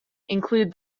include